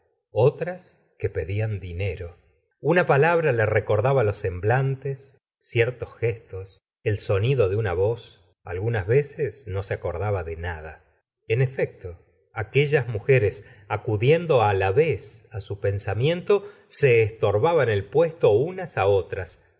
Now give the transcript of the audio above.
otras que pedían dinero una palabra le recordaba los semblantes ciertos gestos el sonido de una voz algunas veces no se acordaba de nada en efecto aquellas mujeres acudiendo á la vez á su pensamiento se estorbaban el puesto unas á